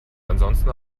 ansonsten